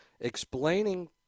explaining